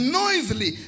noisily